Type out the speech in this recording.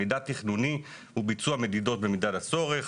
מידע תכנוני וביצוע מדידות במידת הצורך,